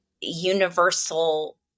universal –